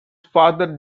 father